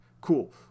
Cool